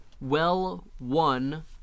well-won